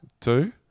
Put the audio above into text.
Two